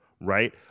right